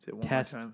Test